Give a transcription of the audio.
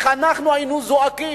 איך היינו זועקים,